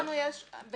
נפתחים כל שנה.